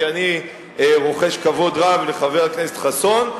כי אני רוחש כבוד רב לחבר הכנסת חסון: